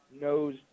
knows